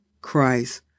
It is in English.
Christ